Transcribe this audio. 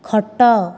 ଖଟ